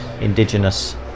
indigenous